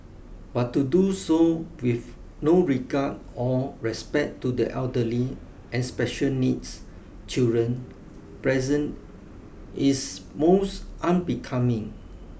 but to do so with no regard or respect to the elderly and special needs children present is most unbecoming